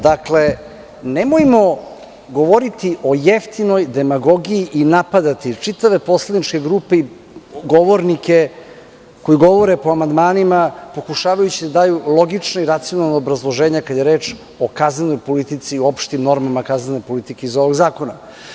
Dakle, nemojmo govoriti o jeftinoj demagogiji i napadati čitave poslaničke grupe i govornike koji govore po amandmanima, pokušavajući da daju logična i racionalna obrazloženja, kada je reč o kaznenoj politici, o opštim normama kaznene politike iz ovog zakona.